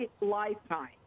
lifetime